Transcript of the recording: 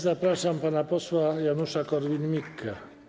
Zapraszam pana posła Janusza Korwin-Mikkego.